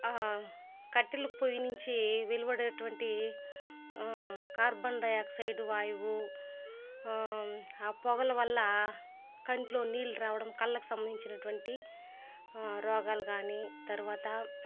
కట్టెల పొయ్యి నుంచి వెలువడేటువంటి కార్బన్ డైఆక్సైడ్ వాయువు ఆ పోగల వల్ల కంట్లో నీళ్ళు రావడం కళ్ళకు సంబంధించినటువంటి రోగాలు గానీ తర్వాత